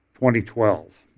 2012